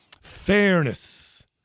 Fairness